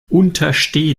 untersteh